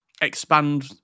expand